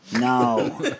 No